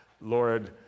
Lord